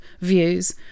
views